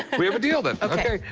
we have a deal, then. ok. ok,